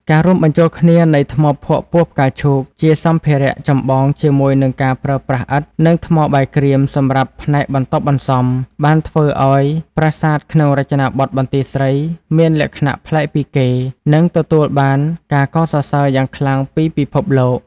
ការរួមបញ្ចូលគ្នានៃ ថ្មភក់ពណ៌ផ្កាឈូក ជាសម្ភារៈចម្បងជាមួយនឹងការប្រើប្រាស់ឥដ្ឋ និងថ្មបាយក្រៀមសម្រាប់ផ្នែកបន្ទាប់បន្សំ បានធ្វើឱ្យប្រាសាទក្នុងរចនាបថបន្ទាយស្រីមានលក្ខណៈប្លែកពីគេ និងទទួលបានការកោតសរសើរយ៉ាងខ្លាំងពីពិភពលោក។